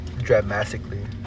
dramatically